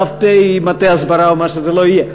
להיות ת"פ מטה הסברה או מה שזה לא יהיה.